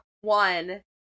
One